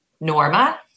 Norma